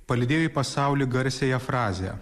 palydėjo į pasaulį garsiąją frazę